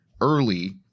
early